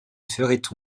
ferait